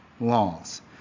laws